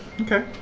okay